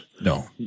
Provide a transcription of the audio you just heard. No